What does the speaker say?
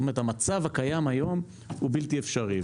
זאת אומרת, המצב הקיים היום הוא בלתי אפשרי.